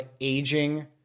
aging